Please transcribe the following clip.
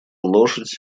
лошадь